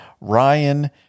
Ryan